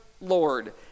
Lord